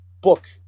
book